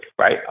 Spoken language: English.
right